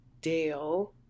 Dale